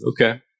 Okay